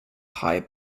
hire